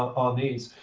on these.